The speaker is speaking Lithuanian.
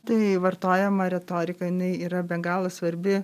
tai vartojama retorika jinai yra be galo svarbi